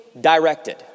directed